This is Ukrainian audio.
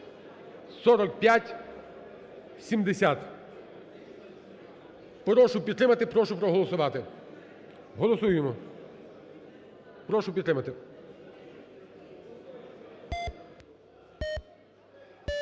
Прошу підтримати, прошу проголосувати. Голосуємо, прошу підтримати.